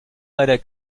leider